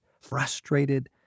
Frustrated